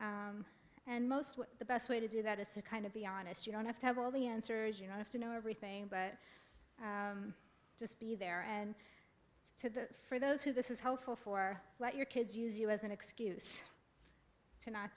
you and most the best way to do that is to kind of be honest you don't have to have all the answers you don't have to know everything but just be there and to for those who this is helpful for let your kids use you as an excuse to not